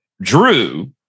Drew